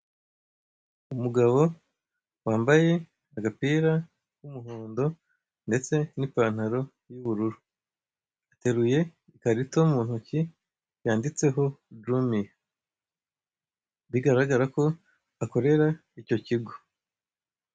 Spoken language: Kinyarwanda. Umugabo wambaye agapira k'umuhondo ndetse n'ipantaro y'ubururu. Ateruye ikarito mu ntoki yanditseho Rumi, bigararaga ko akorera icyo kigo.